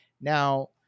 now